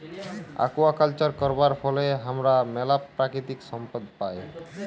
aquaculture করবার ফলে হামরা ম্যালা প্রাকৃতিক সম্পদ পাই